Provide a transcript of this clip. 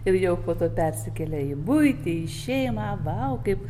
ir jau po to persikėlė į buitį į šeimą vau kaip